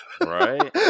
Right